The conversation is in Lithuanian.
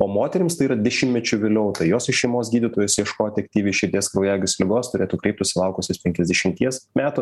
o moterims tai yra dešimtmečiu vėliau tai jos į šeimos gydytojus ieškoti aktyviai širdies kraujagyslių ligos turėtų kreiptis sulaukusios penkiasdešimties metų